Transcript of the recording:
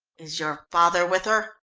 is your father with her?